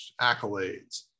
Accolades